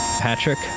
Patrick